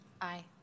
Aye